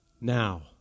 now